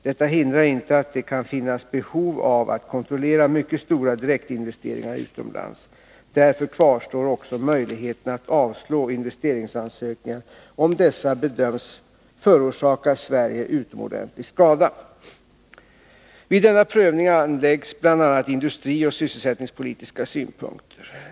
Detta hindrar inte att det kan finnas behov av att kontrollera mycket stora direktinvesteringar utomlands. Därför kvarstår också möjligheten att avslå investeringsansökningar, om dessa bedöms förorsaka Sverige utomordentlig skada. Vid denna prövning anläggs bl.a. industrioch sysselsättningspolitiska synpunkter.